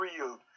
real